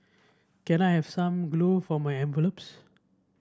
can I have some glue for my envelopes